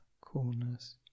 coolness